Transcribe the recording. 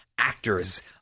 Actors